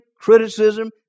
criticism